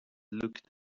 looked